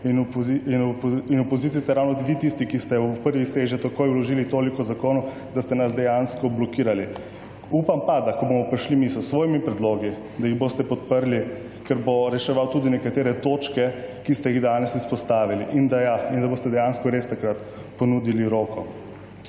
in v opoziciji ste ravno vi tisti, ki ste v prvi sveženj takoj vložili toliko zakonov, da ste nas dejansko blokirali. Upam pa, da ko bomo prišli mi s svojimi predlogi, da jih boste podprli, ker bo reševal tudi nekatere točke, ki ste jih danes izpostavili in da boste dejansko res takrat ponudili roko.